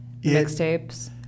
mixtapes